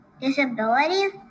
disabilities